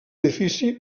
edifici